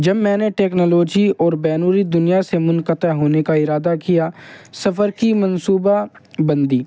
جب میں نے ٹیکنالوجی اور بیرونی دنیا سے منقطع ہونے کا ارادہ کیا سفر کی منصوبہ بندی